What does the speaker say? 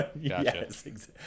Yes